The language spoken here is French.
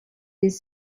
des